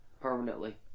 permanently